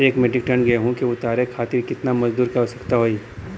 एक metric ton गेहूँ के उतारे खातीर कितना मजदूर क आवश्यकता होई?